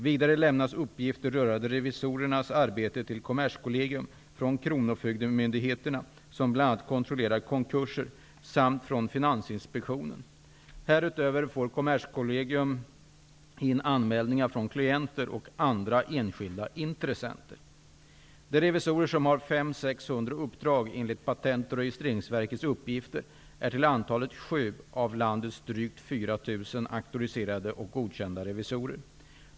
Vidare lämnas uppgifter rörande revisorernas arbete till Kommerskollegium från kronofogdemyndigheterna, som bl.a. kontrollerar konkurser, samt från Finansinspektionen. Härutöver får Kommerskollegium in anmälningar från klienter och andra enskilda intressenter. Patentoch registreringsverkets uppgifter är till antalet sju av landets drygt 4 000 auktoriserade och godkända revisorer.